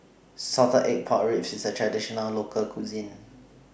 Salted Egg Pork Ribs IS A Traditional Local Cuisine